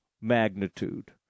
magnitude